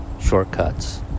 shortcuts